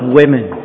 women